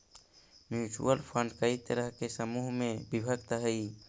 mutual fund कई तरह के समूह में विभक्त हई